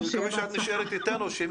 אני מקווה שאת נשארת אתנו לענות על שאלות,